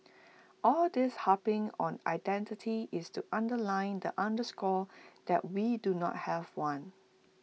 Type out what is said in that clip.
all this harping on identity is to underline and underscore that we do not have one